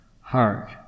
heart